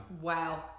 Wow